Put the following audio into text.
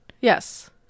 Yes